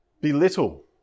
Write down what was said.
belittle